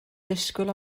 disgwyl